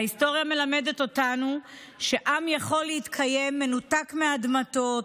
ההיסטוריה מלמדת אותנו שעם יכול להתקיים מנותק מאדמתו,